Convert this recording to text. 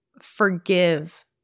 forgive